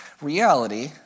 reality